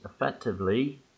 effectively